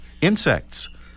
insects